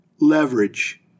leverage